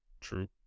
True